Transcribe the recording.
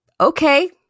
Okay